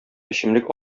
эчемлек